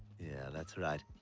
that's right.